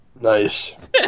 Nice